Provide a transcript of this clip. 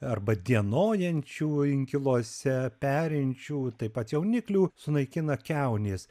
arba dienojančių inkiluose perinčių taip pat jauniklių sunaikina kiaunės